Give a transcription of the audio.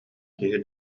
киһи